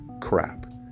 crap